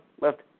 left